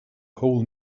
whole